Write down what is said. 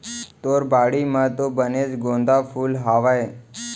तोर बाड़ी म तो बनेच गोंदा फूल हावय